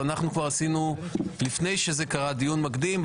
אנחנו כבר עשינו לפני שזה קרה דיון מקדים,